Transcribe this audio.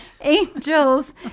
angels